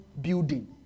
building